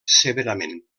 severament